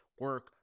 Work